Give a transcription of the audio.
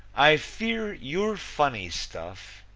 i fear your funny stuff,